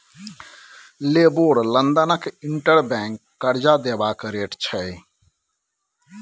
LIBOR लंदनक interbank करजा देबाक रेट छै